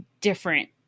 different